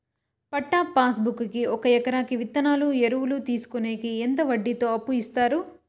పట్టా passbook కి ఒక ఎకరాకి విత్తనాలు, ఎరువులు తీసుకొనేకి ఎంత వడ్డీతో అప్పు ఇస్తారు?